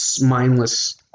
mindless